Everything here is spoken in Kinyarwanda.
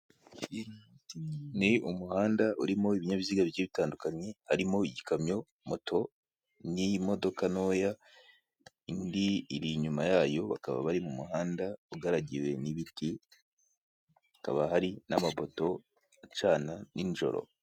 Ni umuhanda urimo ibibinyabiziga bigiye bitandukanye harimo igikamyo, moto n'iyi modoka ntoya, indi iri inyuma yayo bakaba bari mu muhanda ugaragiwe n'ibiti, hakaba hari n'amapoto acana nijoro.